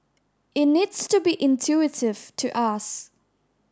it needs to be intuitive to us